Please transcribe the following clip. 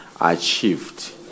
achieved